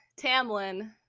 Tamlin